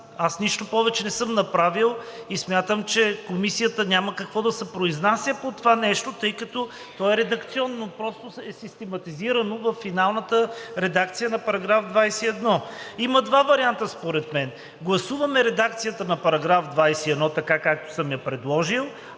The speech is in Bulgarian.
Аз нищо повече не съм направил и смятам, че Комисията няма какво да се произнася по това нещо, тъй като то е редакционно. Просто е систематизирано във финалната редакция на § 21. Има два варианта според мен – гласуваме редакцията на § 21, така, както съм я предложил.